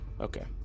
Okay